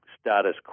status